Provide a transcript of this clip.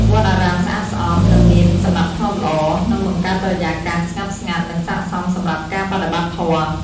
វត្តអារាមស្អាតស្អំ និងមានសណ្តាប់ធ្នាប់ល្អ នឹងបង្កើតបរិយាកាសស្ងប់ស្ងាត់ និងស័ក្តិសមសម្រាប់ការបដិបត្តិធម៌។